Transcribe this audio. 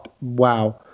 wow